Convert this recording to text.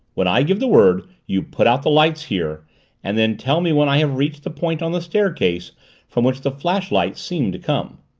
when i give the word, you put out the lights here and then tell me when i have reached the point on the staircase from which the flashlight seemed to come.